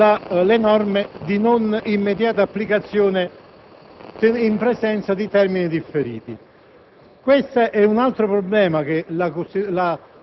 altro parametro riguarda le norme di non immediata applicazione in presenza di termini differiti.